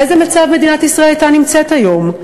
באיזה מצב מדינת ישראל הייתה נמצאת היום?